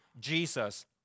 Jesus